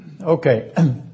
Okay